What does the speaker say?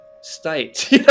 state